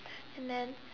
and then